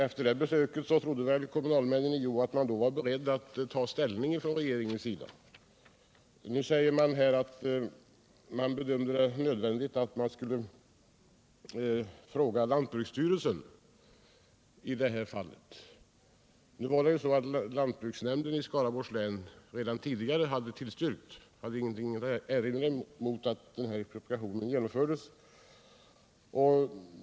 Efter det besöket trodde kommunalmännen i Hjo att regeringen var beredd att ta ställning. Bostadsministern säger att hon bedömer det som nödvändigt att fråga lantbruksstyrelsen i det här fallet. Nu var det så att lantbruksnämnden i Skaraborgs län redan tidigare hade tillstyrkt. Den hade ingenting att erinra mot att expropriationen genomfördes.